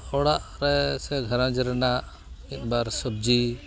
ᱚᱲᱟᱜ ᱨᱮ ᱥᱮ ᱜᱷᱟᱨᱚᱸᱡᱽ ᱨᱮᱱᱟᱜ ᱢᱤᱫᱼᱵᱟᱨ ᱥᱚᱵᱡᱤ